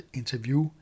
interview